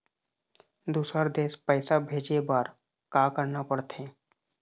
दुसर देश पैसा भेजे बार का करना पड़ते?